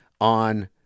on